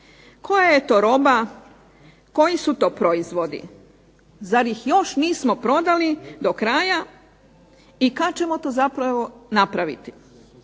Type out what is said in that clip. Koja je to roba, koji su to proizvodi? Zar ih još nismo prodali do kraja i kad ćemo to zapravo napraviti?